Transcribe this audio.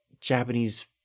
Japanese